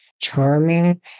charming